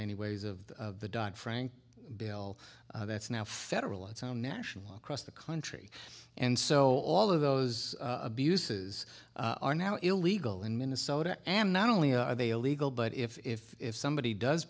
many ways of the dog frank bill that's now federal its own national across the country and so all of those abuses are now illegal in minnesota and not only are they illegal but if somebody does